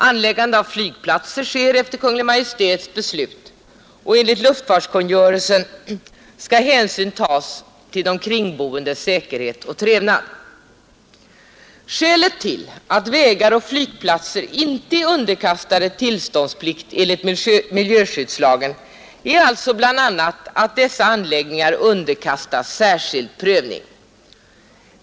Anläggande av flygplatser sker efter Kungl. Maj:ts beslut, och enligt luftfartskungörelsen skall hänsyn tas till de kringboendes säkerhet och trevnad. Skälet till att vägar och flygplatser inte är underkastade tillståndsplikt enligt miljöskyddslagen är alltså bl.a. att dessa anläggningar underkastas särskild prövning.